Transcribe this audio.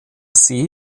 see